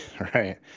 right